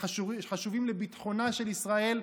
שחשובים לביטחונה של ישראל,